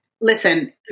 listen